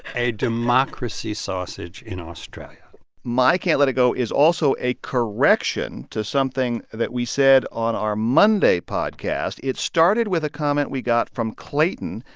a democracy sausage in australia my can't let it go is also a correction to something that we said on our monday podcast. it started with a comment we got from clayton,